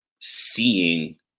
seeing